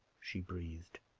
she breathed.